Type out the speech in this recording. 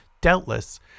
doubtless